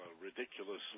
ridiculously